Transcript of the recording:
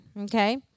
Okay